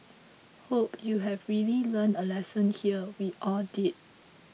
hope you've really learned a lesson here we all did